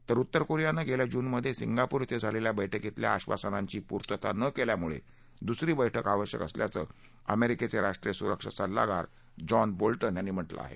तर उत्तर कोरियानं गेल्या जूनमध्ये सिंगापूर कें झालेल्या बैठकीतल्या आश्वासनांची पुर्तता न केल्यामुळे दुसरी बैठक आवश्यक असल्याचं अमेरिकेचे राष्ट्रीय सुरक्षा सल्लागार जॉन बोल्टन यांनी म्हटलं आहे